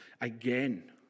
again